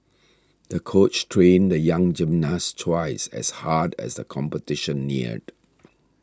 the coach trained the young gymnast twice as hard as the competition neared